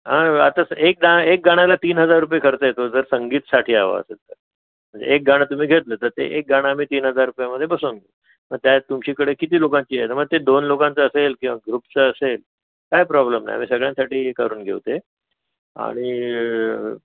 हां तसं एक डा एक गाण्याला तीन हजार रुपये खर्च येतो जर संगीतसाठी हवं असेल तर म्हणजे एक गाणं तुम्ही घेतलं तर ते एक गाणं आम्ही तीन हजार रुपयामध्ये बसवून मग त्यात तुमच्याकडे किती लोकांची आहे तर मग ते दोन लोकांचं असेल किंवा ग्रूपचं असेल काय प्रॉब्लेम नाही आम्ही सगळ्यांसाठी हे करून घेऊ ते आणि